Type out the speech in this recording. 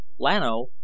Lano